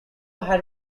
had